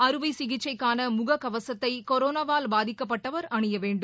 அறுவை சிகிச்சைக்கான முக கவசத்தை கொரோனாவால் பாதிக்கப்பட்டவர் அணிய வேண்டும்